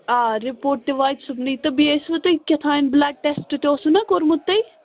آ رِپورٹ تہِ واتہِ صُبنٕے تہٕ بیٚیہِ ٲسیُو تۄہہِ کہتانۍ بُلَڈ ٹیشٹ تہِ اوسُو نا کوٚرمُت تۄہہِ